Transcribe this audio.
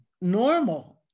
normal